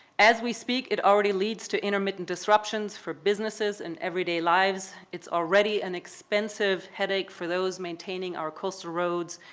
as we speak, it already leads to intermittent disruptions for businesses and everyday lives. it's already an expensive headache for those maintaining our coastal roads,